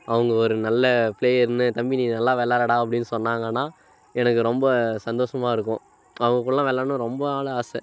அவங்க ஒரு நல்ல பிளேயர்னு தம்பி நீ நல்லா விளாட்றடா அப்படின்னு சொன்னாங்கன்னா எனக்கு ரொம்ப சந்தோஷமா இருக்கும் அவங்க கூடலாம் விளாட்ணுன்னு ரொம்ப நாள் ஆசை